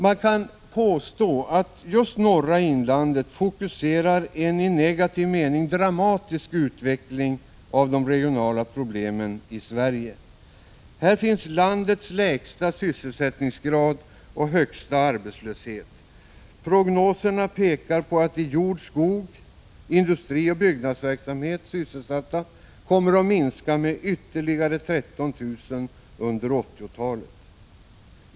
Man kan påstå att just norra inlandet fokuserar en i negativ mening dramatisk utveckling av de regionala problemen i Sverige. Här finns landets lägsta sysselsättningsgrad och den högsta arbetslösheten. Prognoserna pekar på att antalet i jordoch skogsbruk, i industri och byggnadsverksamhet sysselsatta kommer att minska med ytterligare 13 000 under 1980-talet.